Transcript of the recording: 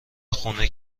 خونه